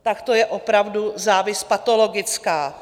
Tak to je opravdu závist patologická.